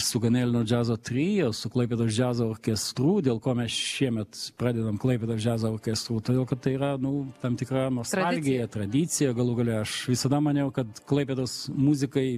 su ganelino džiazo trio su klaipėdos džiazo orkestru dėl ko mes šiemet pradedam klaipėdos džiazo orkestru todėl kad tai yra nu tam tikra nostalgija tradicija galų gale aš visada maniau kad klaipėdos muzikai